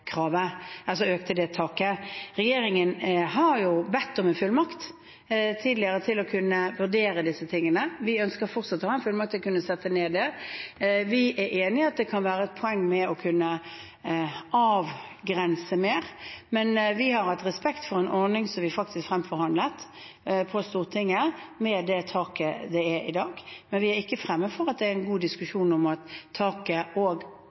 Regjeringen har bedt om en fullmakt tidligere til å kunne vurdere disse tingene. Vi ønsker fortsatt å ha en fullmakt til å kunne sette det ned. Vi er enig i at det kan være et poeng i å kunne avgrense mer, men vi har hatt respekt for en ordning som vi faktisk fremforhandlet på Stortinget, med det taket som er i dag. Vi er ikke fremmed for at det er en god diskusjon om taket og